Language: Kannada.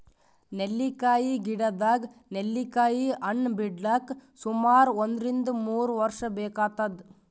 ನೆಲ್ಲಿಕಾಯಿ ಗಿಡದಾಗ್ ನೆಲ್ಲಿಕಾಯಿ ಹಣ್ಣ್ ಬಿಡ್ಲಕ್ ಸುಮಾರ್ ಒಂದ್ರಿನ್ದ ಮೂರ್ ವರ್ಷ್ ಬೇಕಾತದ್